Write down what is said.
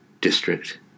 district